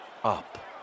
Up